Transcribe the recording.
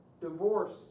divorce